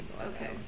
Okay